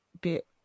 bit